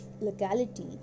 locality